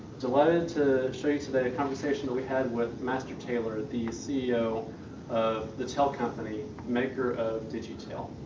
delighted to show you today a conversation but we had with master tailer, the ceo of the tail company, maker of digitail.